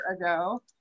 ago